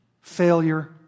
Failure